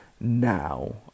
now